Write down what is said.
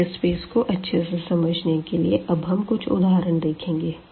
vector space को अच्छे से समझने के लिए अब हम कुछ उदाहरण देखेंगे